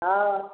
हाँ